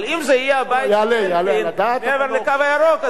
אבל אם זה יהיה הבית של אלקין מעבר ל"קו הירוק",